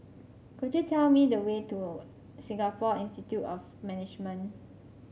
could you tell me the way to Singapore Institute of Management